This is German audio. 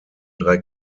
drei